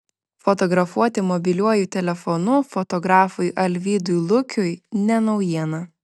fotografuoti mobiliuoju telefonu fotografui alvydui lukiui ne naujiena